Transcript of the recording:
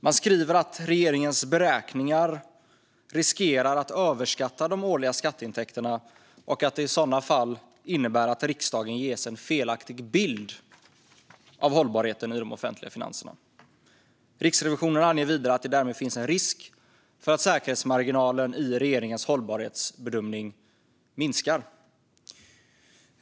Man skriver att regeringens beräkningar riskerar att överskatta de årliga skatteintäkterna och att det i sådana fall innebär att riksdagen ges en felaktig bild av hållbarheten i de offentliga finanserna. Riksrevisionen anger vidare att det därmed finns en risk för att säkerhetsmarginalen i regeringens hållbarhetsbedömning minskar.